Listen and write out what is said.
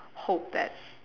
hope that